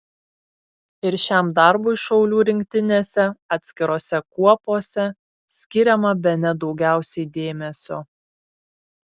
ir šiam darbui šaulių rinktinėse atskirose kuopose skiriama bene daugiausiai dėmesio